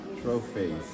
Trophies